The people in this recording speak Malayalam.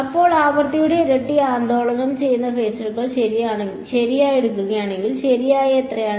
അപ്പോൾ ആവൃത്തിയുടെ ഇരട്ടി ആന്ദോളനം ചെയ്യുന്ന ഫേസറുകളുടെ ശരാശരി എടുക്കുകയാണെങ്കിൽ ശരാശരി എത്രയാണ്